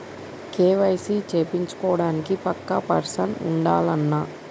KYC చేపిచ్చుకోవడానికి పక్కా person ఉండాల్నా?